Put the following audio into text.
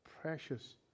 precious